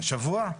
השבוע?